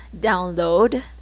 download